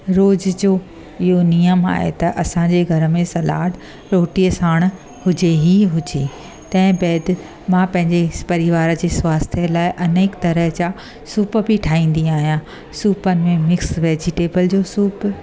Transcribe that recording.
रोज़ जो इहो नियम आहे त असांजे घर में सलाड रोटीअ साण हुजे ई हुजे तंहिं बैदि मां पंहिंजे परिवार जी स्वास्थ्य लाइ अनेक तरहि जा सूप बि ठाहींदी आहियां सूपनि में मिक्स वैजिटेबल जो सूप